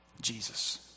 Jesus